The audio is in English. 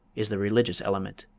is the religious element.